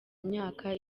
myaka